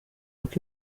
uko